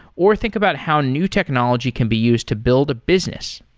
or think about how new technology can be used to build a business.